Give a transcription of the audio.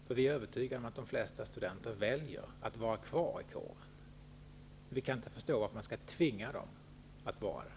Vi är nämligen övertygade om att de flesta studenter väljer att vara kvar i kåren, men vi kan inte förstå varför man skall tvinga dem till det.